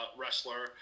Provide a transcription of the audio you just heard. wrestler